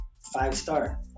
five-star